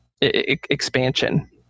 expansion